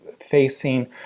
facing